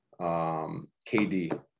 KD